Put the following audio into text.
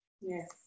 Yes